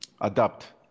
adapt